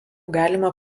galima